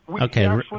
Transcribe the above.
okay